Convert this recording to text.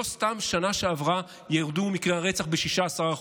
לא סתם בשנה שעברה ירדו מקרי הרצח ב-16%,